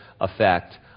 effect